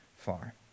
far